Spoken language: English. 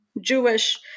Jewish